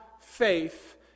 faith